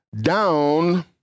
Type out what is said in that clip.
down